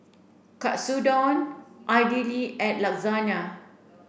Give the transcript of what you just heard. Katsudon Idili and Lasagna